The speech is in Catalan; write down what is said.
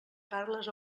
carles